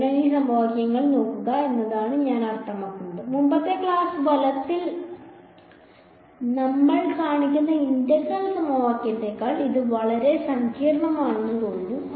അതിനാൽ ഈ സമവാക്യങ്ങൾ നോക്കുക എന്നതാണ് ഞാൻ അർത്ഥമാക്കുന്നത് മുമ്പത്തെ ക്ലാസ് വലത്തിൽ നമ്മൾ കാണിക്കുന്ന ഇന്റഗ്രൽ സമവാക്യത്തേക്കാൾ ഇത് വളരെ സങ്കീർണ്ണമാണെന്ന് തോന്നുന്നു